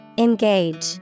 Engage